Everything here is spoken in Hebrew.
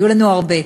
יהיו לנו הרבה.